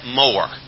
more